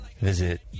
Visit